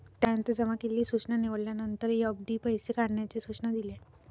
त्यानंतर जमा केलेली सूचना निवडल्यानंतर, एफ.डी पैसे काढण्याचे सूचना दिले